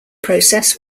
process